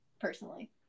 personally